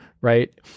right